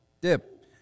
dip